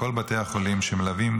מכל בתי החולים שמלווים,